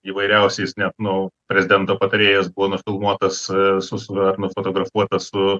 įvairiausiais net nu prezidento patarėjas buvo nufilmuotas e su su va ir nufotografuotas su